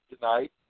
tonight